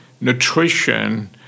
nutrition